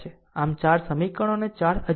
આમ4 સમીકરણો અને 4 અજાણ્યા છે